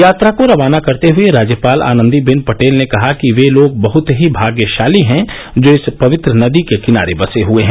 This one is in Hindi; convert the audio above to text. यात्रा को रवाना करते हुए राज्यपाल आनंदी बेन पटेल ने कहा कि वे लोग बहुत ही भाग्यशाली हैं जो इस पवित्र नदी के किनारे बसे हुए हैं